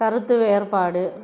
கருத்து வேறுபாடு